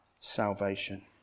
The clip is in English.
salvation